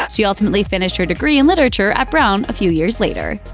she ultimately finished her degree in literature at brown a few years later.